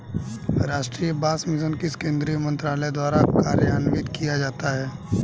राष्ट्रीय बांस मिशन किस केंद्रीय मंत्रालय द्वारा कार्यान्वित किया जाता है?